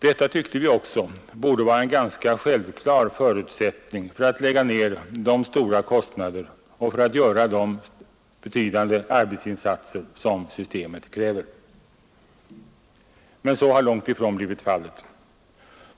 Detta tyckte vi också borde vara en ganska självklar förutsättning för att lägga ner de stora kostnader och för att göra de betydande arbetsinsatser som systemet kräver. Men så har långt ifrån blivit fallet.